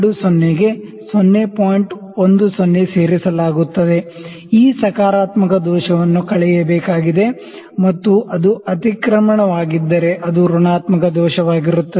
10 ಸೇರಿಸಲಾಗುತ್ತದೆ ಈ ಸಕಾರಾತ್ಮಕ ದೋಷವನ್ನು ಕಳೆಯಬೇಕಾಗಿದೆ ಮತ್ತು ಅದು ಅತಿಕ್ರಮಣವಾಗಿದ್ದರೆ ಅದು ಋಣಾತ್ಮಕ ದೋಷವಾಗಿರುತ್ತದೆ